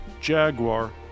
Jaguar